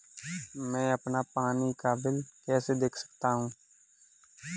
मैं अपना पानी का बिल कैसे देख सकता हूँ?